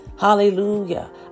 Hallelujah